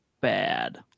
bad